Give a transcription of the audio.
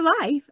life